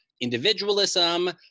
individualism